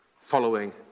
following